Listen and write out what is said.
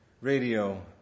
radio